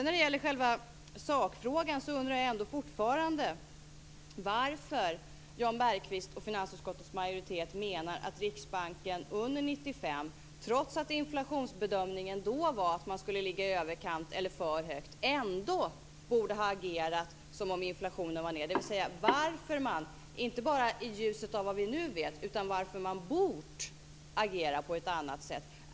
När det gäller själva sakfrågan undrar jag fortfarande varför Jan Bergqvist och finansutskottets majoritet menar att Riksbanken under 1995, trots att inflationsbedömningen då var att man skulle ligga i överkant eller för högt, ändå borde ha agerat som om inflationen var lägre, dvs. varför man inte bara i ljuset av vad vi nu vet utan varför man då borde ha agerat på ett annat sätt.